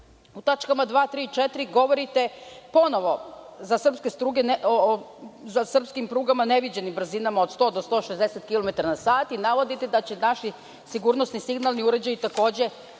U tačkama 2, 3. i 4. govorite ponovo o srpskim prugama neviđenim brzinama od 100 do 160 kilometara na sat i navodite da će naši sigurnosni signalni uređaji takođe